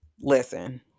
listen